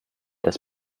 das